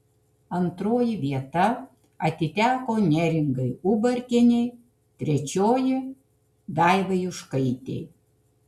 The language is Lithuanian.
antroji vieta atiteko neringai ubartienei trečioji daivai juškaitei